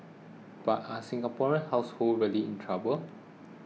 but are Singaporean households really in trouble